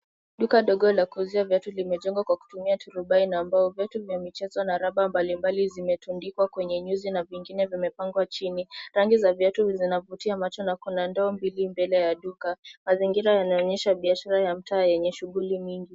Duka dogo la kuuzia viatu limejengwa kwa kutumia turubai na mbao. Viatu vya michezo na rubber na mbalimbali zimetundikwa kwenye nyuzi na vingine vimepangwa chini. Rangi za viatu zinavutia macho na kuna ndoo mbili mbele ya duka. Mazingira yanaonyesha biashara ya mtaa yenye shughuli mingi.